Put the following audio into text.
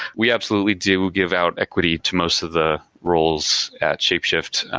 we absolutely do give out equity to most of the roles at shapeshift.